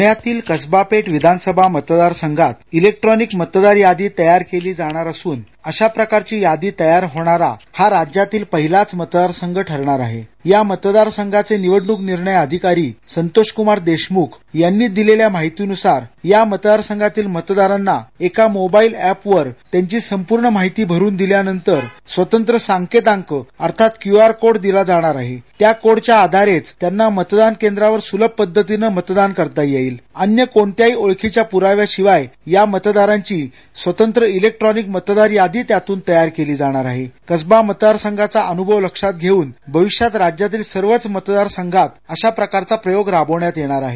प्ण्यातील कसबा पेठ विधानसभा मतदार संघात स्वतंत्र इलेक्ट्रॉनिक मतदार यादी तयार केली जाणार असून अशा प्रकारची यादी तयार होणारा हा राज्यातील पहिलाच मतदारसंघ ठरणार आहे या मतदारसंघाचे निवडणूक निर्णय अधिकारी संतोषक्मार देशम्ख यांनी दिलेल्या माहितीन्सार या मतदारसंघातील मतदारांना एका मोबाईल एप वर त्यांची संपूर्ण माहिती ती भरून दिल्यानंतर स्वतंत्र सांकेतांक अर्थात क्यू आर कोड दिला जाणार असून त्या कोड च्या आधारे त्यांना मतदान केंद्रावर सुलभ पद्धतीने मतदान करता येईल येईल अन्य कोणत्याही ओळखीच्या पुराव्याशिवाय या मतदारांची स्वतंत्र इलेक्ट्रॉनिक मतदार यादी त्यातून तयार केली जाणार आहे कसबा मतदार संघाचा अन्भव लक्षात घेऊन भविष्यात राज्यातील सर्वच मतदारसघात हा प्रयोग राबवला जाणार आहे